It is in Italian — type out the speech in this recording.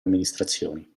amministrazioni